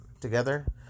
together